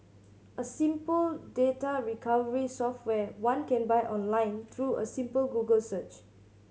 a simple data recovery software one can buy online through a simple Google search